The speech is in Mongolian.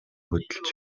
хөдөлж